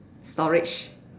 storage